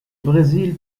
brésil